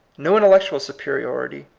no intellectual superiority,